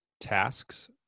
tasks